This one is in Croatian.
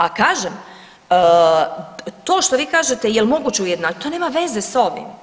A kažem to što vi kažete jel' moguće ujednačiti to nema veze sa ovim.